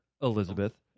Elizabeth